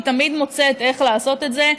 היא תמיד מוצאת איך לעשות את זה.